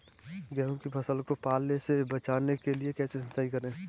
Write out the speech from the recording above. गेहूँ की फसल को पाले से बचाने के लिए कैसे सिंचाई करें?